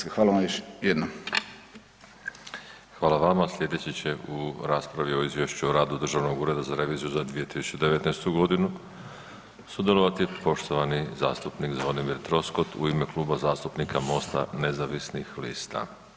Sljedeći će u raspravi o Izvješću o radu Državnog ureda za reviziju za 2019. godinu sudjelovati poštovani zastupnik Zvonimir Troskot u ime Kluba zastupnika Mosta nezavisnih lista.